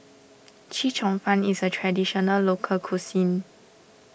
Chee Cheong Fun is a Traditional Local Cuisine